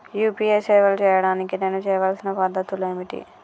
UPI సేవలు చేయడానికి నేను చేయవలసిన పద్ధతులు ఏమిటి?